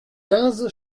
quinze